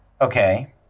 Okay